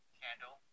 candle